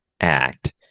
Act